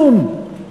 כלום.